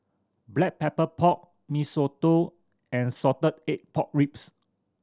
Black Pepper Pork Mee Soto and salted egg pork ribs